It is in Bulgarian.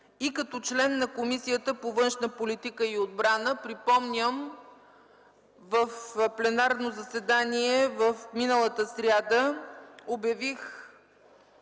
и като член на Комисията по външна политика и отбрана. Припомням, в пленарно заседание миналата сряда обявих